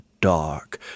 Dark